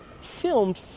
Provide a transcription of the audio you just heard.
filmed